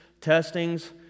testings